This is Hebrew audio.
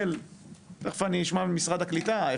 תכף אני אשמע ממשרד הקליטה.